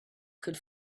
could